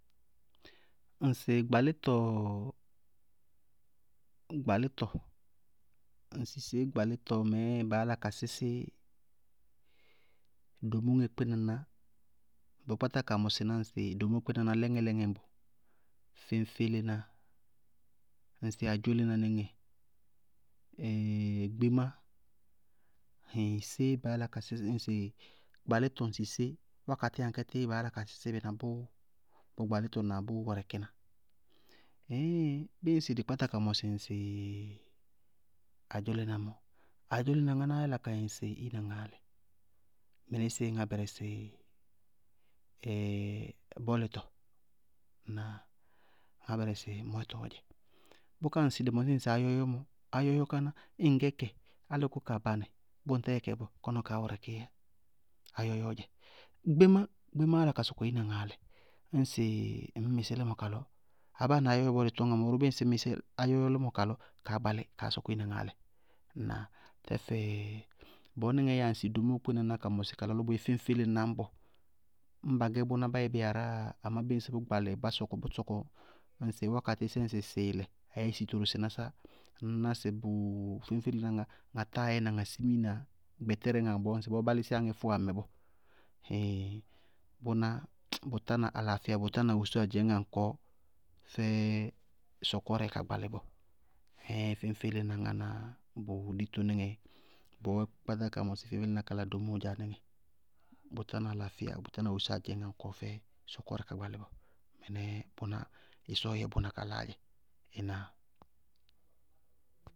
Ŋsɩ gbalítɔɔ gbalítɔ, ŋsɩ sé gbalítɔ mɛɛ baá yála ka sísí domúŋɛ kpɩnaná bɔɔ kpátáa ka mɔsɩ ŋsɩ domóo kpɩnaná lɛŋɛlɛŋɛ ñbɔ, féñfélená, ŋsɩ adzólená níŋɛ, gbémá, baá yála ka sísí ŋsɩ gbalítɔ ŋsɩ sé? Wakatí aŋkɛɛ baá yála ka sísí bɩ na bʋʋ, bʋ gbalítɔ na bʋ wɛrɛkɩ ná? Ɩíɩŋ bíɩ ŋsɩ dɩ kpáta ka mɔsɩ ŋsɩ adzólená mɔ, adzólená ŋánáá yála ka yɛ ŋsɩ ina ŋaalɛ mɔɔ mɩnísíɩ ŋá bɛrɛsɩ ɛɛɛ bɔlɩtɔ, ŋná? Ŋá bɛrɛsɩ mɔɛtɔ. Ŋnáa? Bʋká ñŋsɩ dɩ mɔsɩ ŋsɩ áyɔyɔ mɔ, áyɔyɔ káná ñŋ gɛkɛ, álɩ kʋ kaa banɩ ñŋ tá yɛ kɛ bɔɔ káná wɛ kaá wɛrɛkííyá. Gbémá, gbémáá yála ka sɔkɔ ina ŋaalɛ, bíɩ ŋsɩ ŋñ mɩsí límɔ kalɔ, abáa na áyɔyɔ róó sɔkɔwá mɔɔ bíɩ ŋsɩ ŋñ mɩsí áyɔyɔ límɔ kalɔ kaá gbalí, kaá sɔkɔ iina ŋaalɛ. Ŋnáa? Tɛfɛ bɔɔ nɩŋɛɛ yáa ŋsɩ domóo kpínaná kala lɔ bʋyɛ féñfélená ñbɔ, ñ ba gɛ bʋná bá yɛ bí aráa yá, amá ñŋ sɩ bá sɔkɔ bʋ sɔkɔ ka gbalɩ ka yɛ ŋsɩ wákatɩsɛ sɩɩlɛ, sɩtooro, sɩnásá, ŋñ ná sɩ bʋ féñfélená ŋá ŋá táa yɛna ŋá simina gbɛtɛrɛ ñŋ ŋsɩbɔɔ bá lísíyá ŋɛ fʋwamɛ bɔɔ ɩíɩŋ bʋná, bʋ tána alaafɩya, bʋ tána wosóo adzɛñŋaŋkɔɔ fɛ sɔkɔrɛ ka gbalɩ bɔɔ. ɩíɩŋ féñfélená ŋáná bʋ wʋlítɔ níŋɛɛ dzɛ. Bɔɔ kɔɔ kpátas mɔsɩ féñfélená kala domúŋɛ dzaá níŋɛ, bʋ tána alaafɩya, bʋ tána wosóo adzɛñŋaŋkɔɔ fɛ sɔkɔrɛ ka gbalɩ bɔɔ. Mɩnɛɛ bʋná, ɩsɔɔ yɛ bʋná ka laá dzɛ. Ŋnáa?